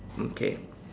okay